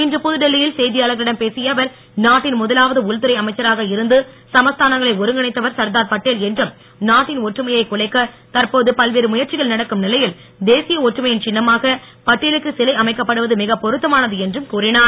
இன்று புதுடெல்லியில் செய்தியாளர்களிடம் பேசிய அவர் நாட்டின் முதலாவது உள்துறை அமைச்சராக இருந்து சமஸ்தானங்களை ஒருங்கிணைத்தவர் சர்தார் பட்டேல் என்றும் நாட்டின் ஒற்றுமையை குலைக்க தற்போது பல்வேறு முயற்சிகள் நடக்கும் நிலையில் தேசிய ஒற்றுமையின் சின்னமாக பட்டேலுக்கு சிலை அமைக்கப்படுவது மிகப் பொருத்தமானது என்றும் கூறினார்